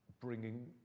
bringing